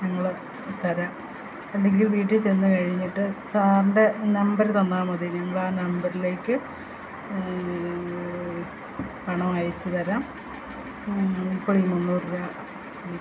ഞങ്ങള് തരാം അല്ലെങ്കില് വീട്ടിൽ ചെന്നുകഴിഞ്ഞിട്ട് സാറിൻ്റെ നമ്പര് തന്നാല് മതി ഞങ്ങള് ആ നമ്പറിലേക്ക് പണം അയച്ചുതരാം ഇപ്പോള് ഈ മുന്നൂറു രൂപ പിടിക്കൂ